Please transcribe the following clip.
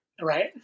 Right